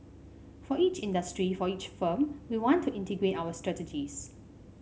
for each industry for each firm we want to integrate our strategies